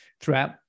throughout